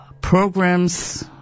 programs